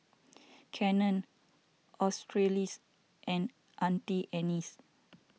Canon Australis and Auntie Anne's